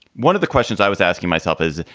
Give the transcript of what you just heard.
one of the questions i was asking myself is,